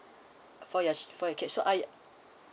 for your for your kid so are